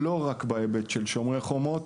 ולא רק בהיבט של "שומר החומות",